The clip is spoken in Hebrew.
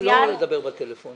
פוטנציאל